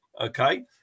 Okay